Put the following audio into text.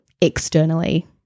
externally